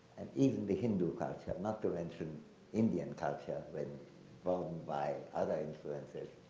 and even the hindu culture, not to mention indian culture when burdened by other influences,